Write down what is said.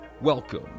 Welcome